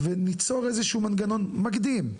וניצור איזשהו מנגנון מקדים,